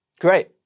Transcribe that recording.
Great